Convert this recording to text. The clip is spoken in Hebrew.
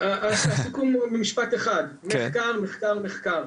הסיכום הוא במשפט אחד, מחקר מחקר מחקר.